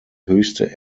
höchste